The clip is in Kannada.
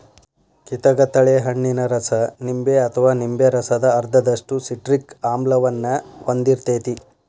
ಕಿತಗತಳೆ ಹಣ್ಣಿನ ರಸ ನಿಂಬೆ ಅಥವಾ ನಿಂಬೆ ರಸದ ಅರ್ಧದಷ್ಟು ಸಿಟ್ರಿಕ್ ಆಮ್ಲವನ್ನ ಹೊಂದಿರ್ತೇತಿ